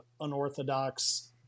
unorthodox